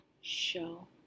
show